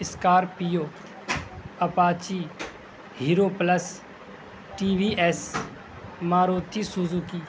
scorpio apache hero plus TVS Maruti Suzuki